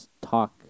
talk